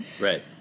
Right